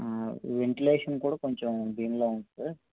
ventilation కుడా కొంచెం దీనిలా ఉంది సార్